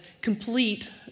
complete